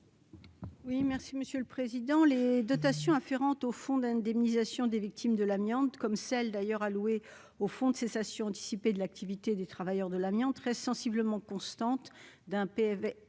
Oui, merci Monsieur le Président, les dotations afférente au fonds d'indemnisation des victimes de l'amiante comme celle d'ailleurs alloués au Fonds de cessation dissipés de l'activité des travailleurs de l'amiante très sensiblement constante d'un PV